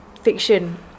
Fiction